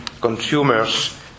consumers